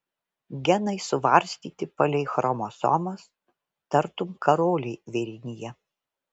genai suvarstyti palei chromosomas tartum karoliai vėrinyje